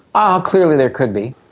ah clearly there could be.